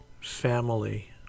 family